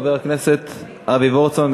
חבר הכנסת אבי וורצמן.